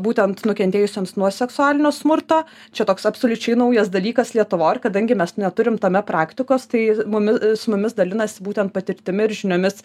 būtent nukentėjusioms nuo seksualinio smurto čia toks absoliučiai naujas dalykas lietuvo ir kadangi mes neturim tame praktikos tai mumih su mumis dalinasi būtent patirtimi ir žiniomis